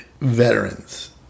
veterans